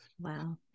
wow